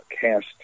cast